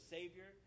Savior